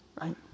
right